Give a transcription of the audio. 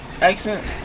accent